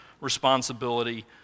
responsibility